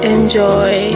Enjoy